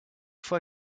fois